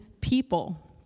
people